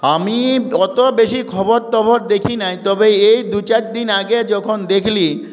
আমি অতো বেশি খবরটবর দেখি নাই তবে এই দু চার দিন আগে যখন দেখলি